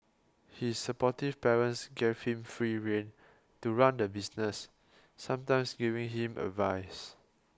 his supportive parents gave him free rein to run the business sometimes giving him advice